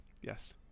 yes